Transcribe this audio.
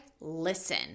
listen